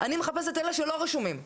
אני מחפשת את אלה שלא רשומים.